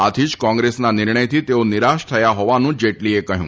આથી જ કોંગ્રેસના નિર્ણયથી તેઓ નિરાશ થયા હોવાનું જેટલીએ કહ્યું